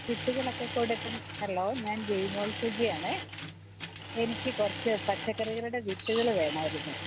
വിത്തുകളൊക്കെ കൊടുക്കുന്ന ഹലോ ഞാൻ ജെയ്മോൾ സജി ആണേ എനിക്ക് കുറച്ച് പച്ചക്കറികളുടെ വിത്തുകൾ വേണമായിരുന്നു